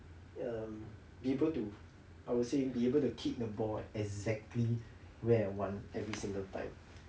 um be able to I would say be able to kick the ball exactly where I want every single time